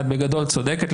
בגדול את צודקת.